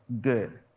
good